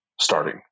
starting